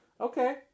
okay